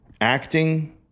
acting